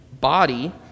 body